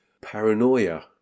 paranoia